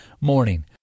morning